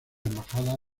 embajada